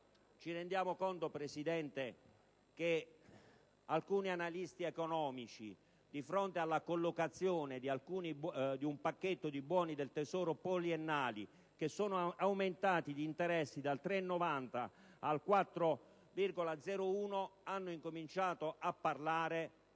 Ci rendiamo conto, signor Presidente, che alcuni analisti economici internazionali, di fronte alla collocazione di un pacchetto di Buoni del tesoro poliennali con un aumento degli interessi dal 3,90 al 4,01, hanno incominciato a parlare